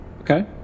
okay